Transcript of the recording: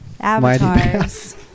avatars